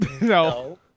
No